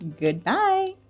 goodbye